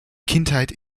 kindheit